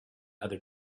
other